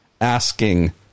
asking